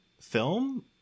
film